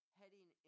heading